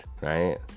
right